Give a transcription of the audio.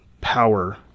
power